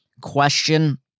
question